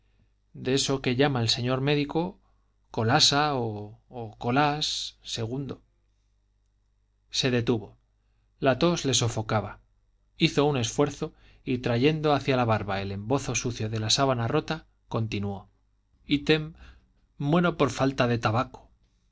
de eso que llama el señor médico colasa o colás segundo se detuvo la tos le sofocaba hizo un esfuerzo y trayendo hacia la barba el embozo sucio de la sábana rota continuó ítem muero por falta de tabaco